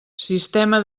sistema